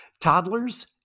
toddlers